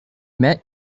met